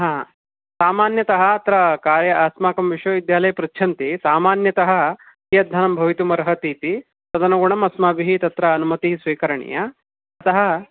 सामान्यतः अत्र कार्य अस्माकं विश्वविद्यालये पृच्छन्ति सामान्यतः कियद्धनं भवितुमर्हति इति तदनुगुणम् अस्माभिः तत्र अनुमतिः स्वीकरणीया अतः